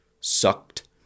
Sucked